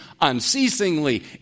unceasingly